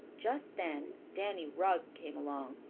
just then danny rugg came along.